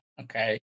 Okay